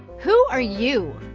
who are you?